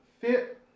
fit